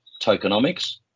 tokenomics